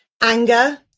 anger